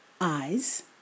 eyes